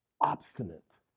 Obstinate